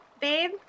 babe